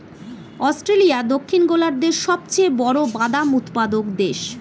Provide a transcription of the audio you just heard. Australia দক্ষিণ গোলার্ধের সবচেয়ে বড় বাদাম উৎপাদক দেশ